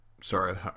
Sorry